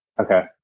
Okay